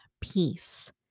peace